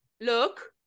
Look